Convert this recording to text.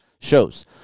Shows